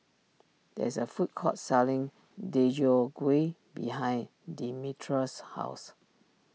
there is a food court selling Deodeok Gui behind Demetra's house